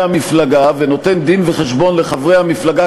המפלגה ונותן דין-וחשבון לחברי המפלגה,